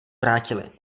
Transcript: vrátily